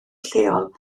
lleol